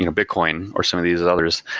you know bitcoin or some of these others,